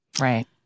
right